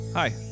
Hi